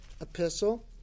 epistle